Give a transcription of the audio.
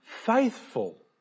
faithful